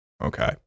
okay